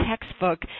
textbook